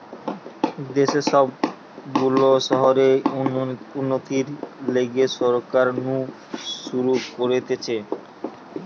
দেশের সব গুলা শহরের উন্নতির লিগে সরকার নু শুরু করতিছে